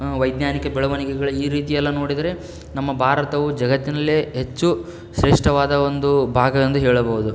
ವೈಜ್ಞಾನಿಕ ಬೆಳವಣಿಗೆಗಳು ಈ ರೀತಿಯೆಲ್ಲ ನೋಡಿದರೆ ನಮ್ಮ ಭಾರತವು ಜಗತ್ತಿನಲ್ಲೇ ಹೆಚ್ಚು ಶ್ರೇಷ್ಟವಾದ ಒಂದು ಭಾಗವೆಂದು ಹೇಳಬಹುದು